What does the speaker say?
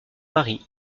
mari